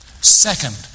Second